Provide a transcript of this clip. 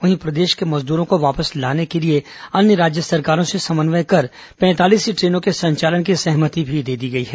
वहीं प्रदेश के श्रमिकों को वापस लाने के लिए अन्य राज्य सरकारों से समन्वय कर पैंतालीस ट्रेनों के संचालन की सहमति भी दे दी गई हैं